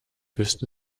wüsste